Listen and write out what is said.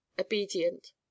obedient